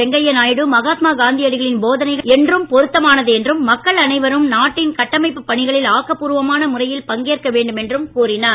வெங்கையா நாயுடு மகாத்மா காந்தியடிகளின் போதனைகள் என்றும் பொருத்தமானது என்றும் மக்கள் அனைவரும் நாட்டின் கட்டமைப்புப் பணிகளில் ஆக்கப்பூர்வமான முறையில் பங்கேற்க வேண்டும் என்றும் கூறினார்